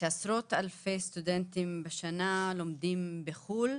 שעשרות אלפי סטודנטים בשנה לומדים בחוץ לארץ,